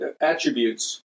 attributes